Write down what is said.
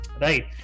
right